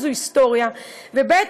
זו היסטוריה, וב.